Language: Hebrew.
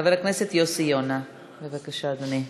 חבר הכנסת יוסי יונה, בבקשה, אדוני.